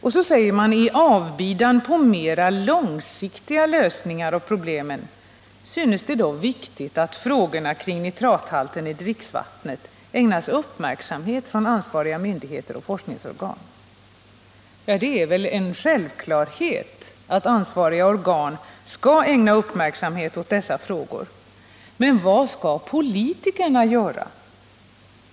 Och så säger man: ”I avbidan på en mera långsiktig lösning av problemen synes det dock viktigt att frågorna kring nitrathalten i dricksvatten redan nu ägnas speciell uppmärksamhet från ansvariga myndigheters och forskningsorgans sida.” Det är väl en självklarhet att ansvariga organ skall ägna uppmärksamhet åt dessa frågor. Men vad skall politikerna göra?